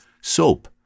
Soap